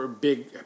big